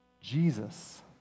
Jesus